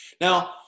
Now